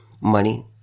money